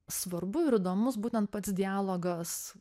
svarbu ir įdomus būtent pats dialogas